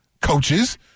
coaches